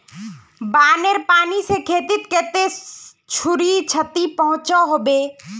बानेर पानी से खेतीत कते खुरी क्षति पहुँचो होबे?